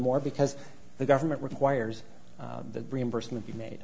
more because the government requires the reimbursement be made